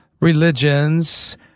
religions